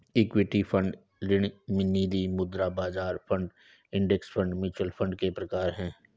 equity fund ऋण निधिमुद्रा बाजार fund index fund mutual fund के प्रकार हैं